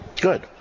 Good